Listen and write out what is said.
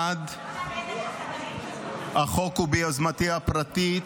1. החוק הוא ביוזמתי הפרטית,